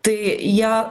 tai jie